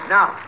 Now